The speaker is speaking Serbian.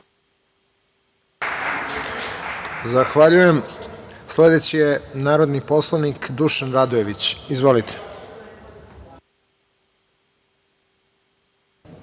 Zahvaljujem. Sledeći je narodni poslanik Dušan Radojević. Izvolite.